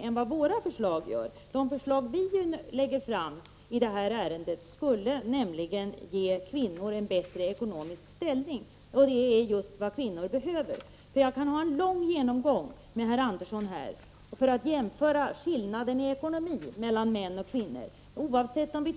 än våra förslag gör. Om våra förslag i det här ärendet förverkligades, skulle kvinnorna få en bättre ekonomisk ställning — och det är just vad kvinnor behöver. Jag skulle kunna ha en lång genomgång här med Lennart Andersson när det gäller att jämföra skillnaden mellan mäns och kvinnors ekonomi.